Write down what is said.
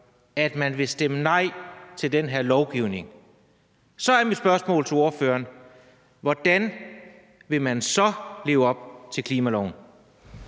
at man vil stemme nej til den her lovgivning. Så er mit spørgsmål til ordføreren: Hvordan vil man så leve op til klimaloven?